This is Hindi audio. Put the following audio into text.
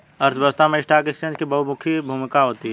अर्थव्यवस्था में स्टॉक एक्सचेंज की बहुमुखी भूमिका होती है